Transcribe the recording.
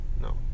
No